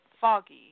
foggy